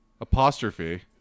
apostrophe